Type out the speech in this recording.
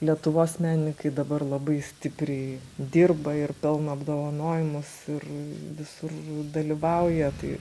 lietuvos menininkai dabar labai stipriai dirba ir pelno apdovanojimus ir visur dalyvauja tai